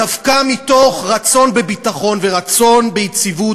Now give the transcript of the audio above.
דווקא מתוך רצון בביטחון ורצון ביציבות